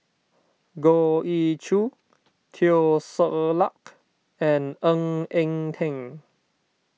Goh Ee Choo Teo Ser Luck and Ng Eng Teng